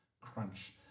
crunch